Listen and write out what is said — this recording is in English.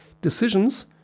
Decisions